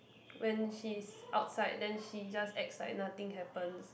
when she's outside then she just acts like nothing happens